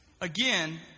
again